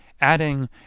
adding